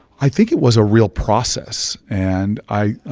i think it was a real process. and i